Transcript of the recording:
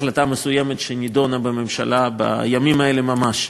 החלטה מסוימת שנדונה בממשלה בימים האלה ממש.